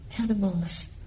animals